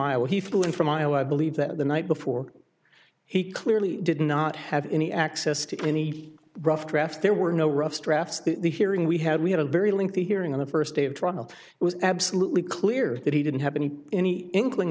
iowa he flew in from iowa i believe that the night before he clearly did not have any access to any rough draft there were no rough drafts the hearing we had we had a very lengthy hearing on the first day of trial it was absolutely clear that he didn't have any any inkling